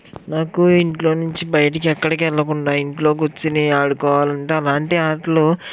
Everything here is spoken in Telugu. నాకు ఇంట్లో నుంచి బయటకెక్కడికి వెళ్ళకుండా ఇంట్లో కూర్చుని ఆడుకోవాలంటే అలాంటి ఆటలు